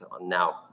now